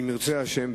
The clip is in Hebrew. אם ירצה השם,